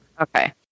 Okay